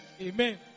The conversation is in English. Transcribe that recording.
Amen